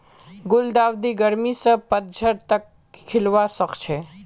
गुलदाउदी गर्मी स पतझड़ तक खिलवा सखछे